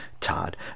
Todd